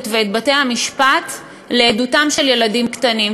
ואת בתי-המשפט לעדותם של ילדים קטנים.